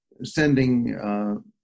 sending